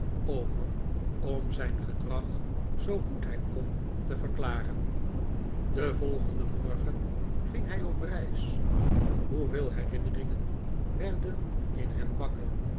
over om zijn gedrag zoo goed hij kon te verklaren den volgenden morgen ging hij op reis hoeveel herinneringen werden in hem wakker